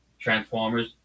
transformers